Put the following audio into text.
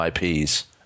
IPs